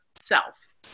self